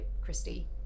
Christie